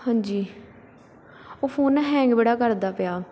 ਹਾਂਜੀ ਉਹ phone hang ਬੜਾ ਕਰਦਾ ਪਿਆ